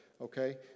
okay